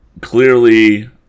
clearly